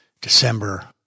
December